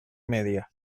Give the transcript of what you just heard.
media